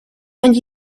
and